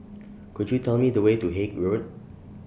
Could YOU Tell Me The Way to Haig Road